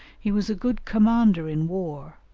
he was a good commander in war,